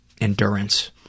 endurance